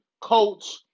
coach